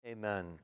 Amen